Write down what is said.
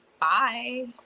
bye